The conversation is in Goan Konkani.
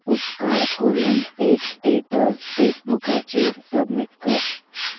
उपकार करून एक स्टेटस फेसबुकाचेर सबमीट कर